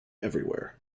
everywhere